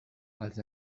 els